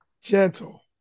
gentle